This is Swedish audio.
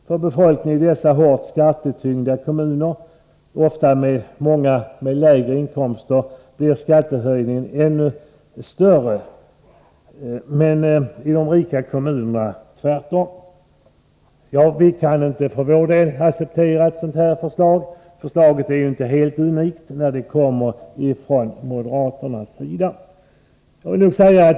För befolkningen, ofta med låga inkomster, i dessa hårt skattetyngda kommuner blir skattehöjningen ännu större, men i de rika kommunerna blir det tvärtom. Vi kan inte för vår del acceptera ett sådant här förslag. Förslaget är inte helt unikt — det kommer ju från moderaternas sida.